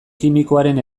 kimikoaren